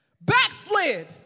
Backslid